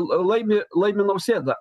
laimi laimi nausėda